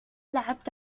لعبت